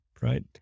right